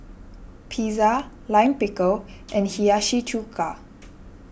Pizza Lime Pickle and Hiyashi Chuka